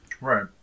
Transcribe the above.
Right